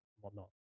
whatnot